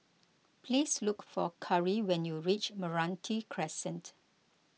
please look for Kari when you reach Meranti Crescent